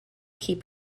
keep